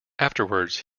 afterwards